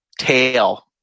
tail